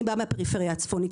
אני מהפריפריה הצפונית.